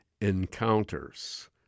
encounters